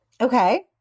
Okay